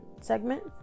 segment